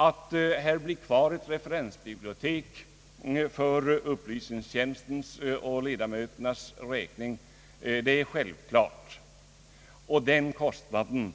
Att det i själva riksdagshuset blir kvar ett referensbibliotek för upplysningstjänstens och ledamöternas räkning är självklart, och den kostnaden